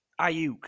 Ayuk